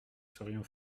serions